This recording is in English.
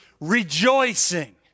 rejoicing